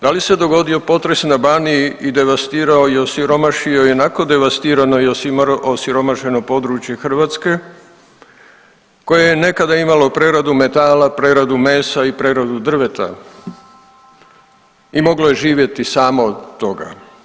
Da li se dogodio potres na Baniji i devastirao i osiromašio ionako devastirano i osiromašeno područje Hrvatske koje je nekada imalo preradu metala, preradu mesa i preradu drveta i moglo je živjeti samo od toga?